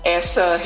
essa